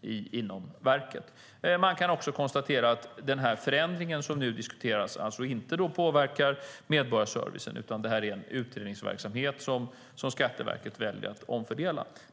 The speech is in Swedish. inom verket. Man kan också konstatera att den förändring som nu diskuteras alltså inte påverkar medborgarservicen, utan det är en utredningsverksamhet Skatteverket väljer att omfördela.